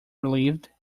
relieved